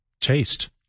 taste